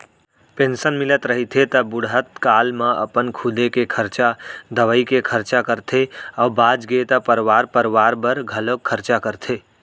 pension मिलत रहिथे त बुड़हत काल म अपन खुदे के खरचा, दवई के खरचा करथे अउ बाचगे त परवार परवार बर घलोक खरचा करथे